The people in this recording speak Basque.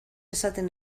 esaten